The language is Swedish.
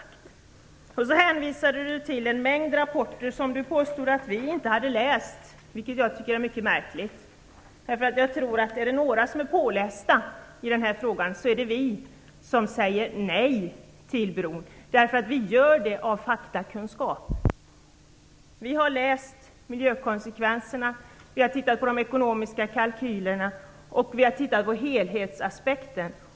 Vidare hänvisar Bo Nilsson till en mängd rapporter, som vi påstods inte ha läst. Det tycker jag är mycket märkligt. Är det några som är pålästa i den här frågan, så tror jag att det är vi som säger nej till bron. Och vi gör det utifrån faktakunskaper. Vi har läst om miljökonsekvenserna. Vi har tittat på de ekonomiska kalkylerna, och vi har tittat på helhetsaspekten.